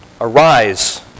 Arise